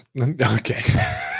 Okay